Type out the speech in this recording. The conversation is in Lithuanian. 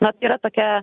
na tai yra tokia